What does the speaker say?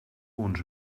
uns